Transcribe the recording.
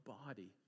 body